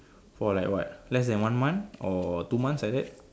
for like what less than one month or two months like that